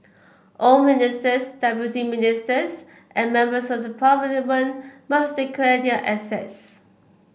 all ministers deputy ministers and members of the parliament must declare their assets